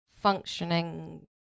functioning